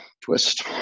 twist